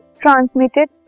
transmitted